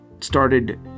started